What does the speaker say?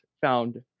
found